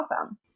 awesome